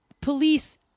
Police